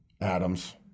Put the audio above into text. Adams